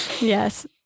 yes